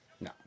No